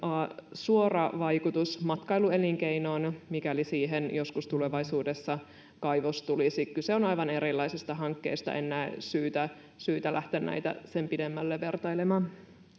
suora vaikutus matkailuelinkeinoon mikäli siihen joskus tulevaisuudessa kaivos tulisi kyse on aivan erilaisesta hankkeesta en näe syytä lähteä näitä sen pidemmälle vertailemaan